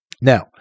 Now